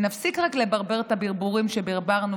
נפסיק רק לברבר את הברבורים שברברנו